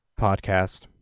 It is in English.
podcast